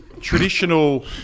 Traditional